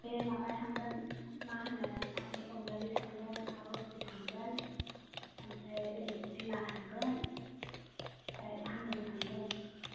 बै माबा थांगोन मा होनो मादै अनजालि थांगोन आब' सुमि थांगोन ओमफ्राय ओरै रिमा थांगोन ओमफ्राय भानुबो थांगोन